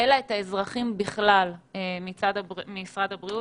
אלא את האזרחים בכלל מצד משרד הבריאות.